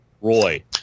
Roy